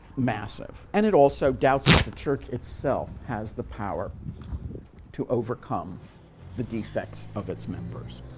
massive. and it also doubts that the church itself has the power to overcome the defects of its members.